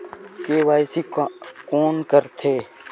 KYC कोन करथे?